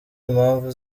impamvu